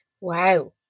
Wow